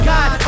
God